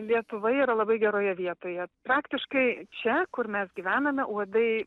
lietuva yra labai geroje vietoje praktiškai čia kur mes gyvename uodai